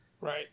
Right